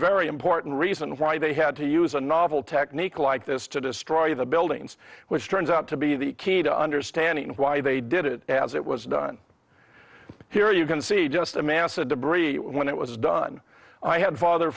very important reason why they had to use a novel technique like this to destroy the buildings which turns out to be the key to understanding why they did it as it was done here you can see just a massive debris when it was done i had father